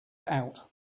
out